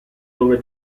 dove